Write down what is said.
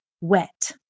wet